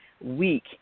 week